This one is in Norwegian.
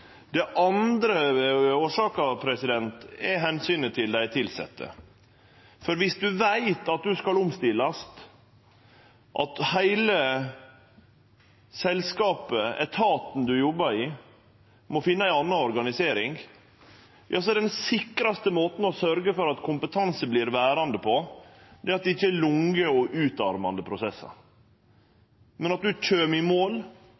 andre årsaka er omsynet til dei tilsette. For om ein veit at ein skal omstillast, at heile selskapet, etaten ein jobbar i, må finne ei anna organisering, er den sikraste måten å sørgje for at kompetanse vert verande, på, at det ikkje er lange og utarmande prosessar, men at ein kjem i mål